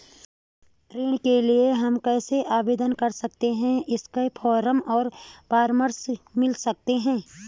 ऋण के लिए हम कैसे आवेदन कर सकते हैं इसके फॉर्म और परामर्श मिल सकती है?